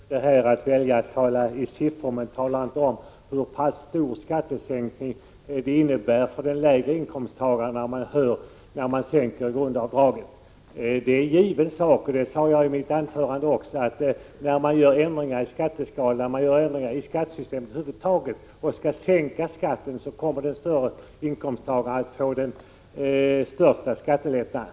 Herr talman! Kjell Johansson försöker här att ge exempel i siffror men talar inte om hur stor skattelättnad det innebär för den lägre inkomsttagaren, när man höjer grundavdraget. När man gör ändringar i skattesystemet över huvud taget och sänker skatten, är det en given sak — det sade jag också i mitt huvudanförande — att den större inkomsttagaren får den största skattelättnaden.